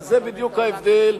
אבל זה בדיוק ההבדל